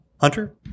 Hunter